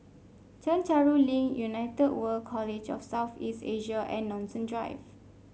Chencharu Link United World College of South East Asia and Nanson Drive